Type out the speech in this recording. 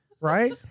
right